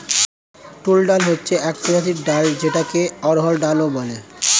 তুর ডাল হচ্ছে এক প্রজাতির ডাল যেটাকে অড়হর ডাল ও বলে